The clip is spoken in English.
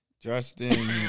Justin